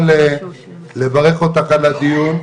לברך אותך על הדיון.